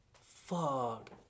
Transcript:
fuck